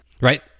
Right